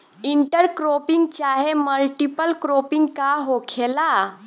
Inter cropping चाहे multiple cropping का होखेला?